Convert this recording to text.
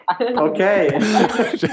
okay